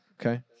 Okay